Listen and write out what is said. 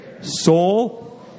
soul